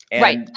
Right